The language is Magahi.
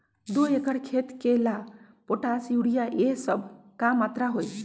दो एकर खेत के ला पोटाश, यूरिया ये सब का मात्रा होई?